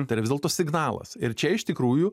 tai yra vis dėlto signalas ir čia iš tikrųjų